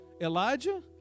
Elijah